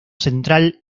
central